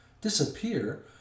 Disappear